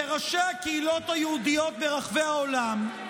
וראשי הקהילות היהודיות ברחבי העולם,